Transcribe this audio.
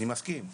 אני מסכים.